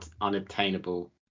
unobtainable